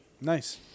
Nice